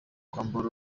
kwambara